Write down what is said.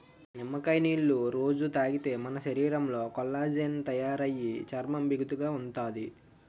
నిమ్మకాయ నీళ్ళు రొజూ తాగితే మన శరీరంలో కొల్లాజెన్ తయారయి చర్మం బిగుతుగా ఉంతాది